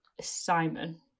Simon